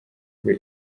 rwe